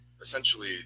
essentially